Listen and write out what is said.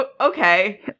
okay